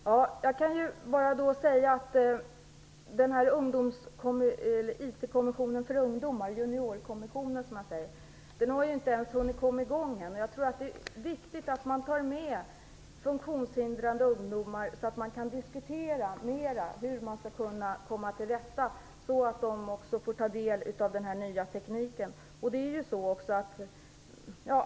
Herr talman! Jag kan bara säga att IT kommissionen för ungdomar - Juniorkommissionen, som man säger - inte ens har hunnit komma i gång ännu. Jag tror att det är viktigt att man tar med funktionshindrade ungdomar för att diskutera mer hur man skall kunna komma till rätta med problemen så att också de får ta del av den nya tekniken.